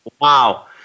Wow